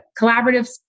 collaborative